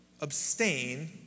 abstain